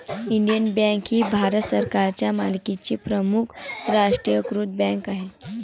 Indian bank ही भारत सरकारच्या मालकीची प्रमुख राष्ट्रीयीकृत बँक आहे